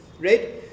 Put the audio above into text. right